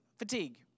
Fatigue